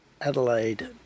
Adelaide